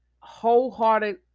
wholehearted